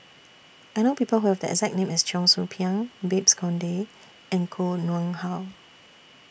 I know People Who Have The exact name as Cheong Soo Pieng Babes Conde and Koh Nguang How